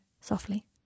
softly